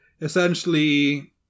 Essentially